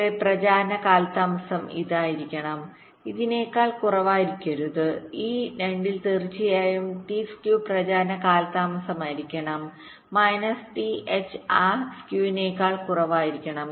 നിങ്ങളുടെ പ്രചാരണ കാലതാമസം ഇതായിരിക്കണം ഇതിനേക്കാൾ കുറവായിരിക്കരുത് ഈ 2 ൽ തീർച്ചയായും ടി സ്കീ പ്രചാരണ കാലതാമസമായിരിക്കണം മൈനസ് ടി എച്ച് ആ ചരിവിനേക്കാൾ കുറവായിരിക്കണം